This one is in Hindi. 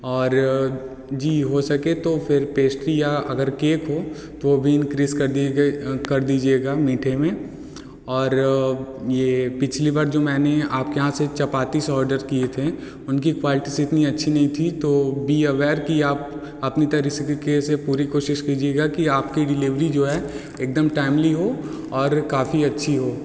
और जी हो सके तो फिर पेस्ट्री या अगर केक हो तो वो भी इंक्रीज़ कर दिए गए कर दीजिएगा मीठे में और ये पिछली बार जो मैंने आप के यहाँ से चपातीस ऑर्डर किए थे उनकी क्वालिटीस इतनी अच्छी नहीं थी तो बी अवेयर कि आप अपनी तरीक़े से पूरी कोशिश कीजिएगा कि आपकी डिलीवरी जो है एक दम टाइमली हो और काफ़ी अच्छी हो